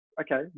okay